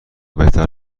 بهتر